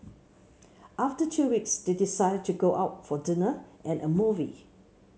after two weeks they decide to go out for dinner and a movie